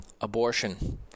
Abortion